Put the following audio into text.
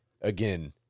Again